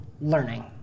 learning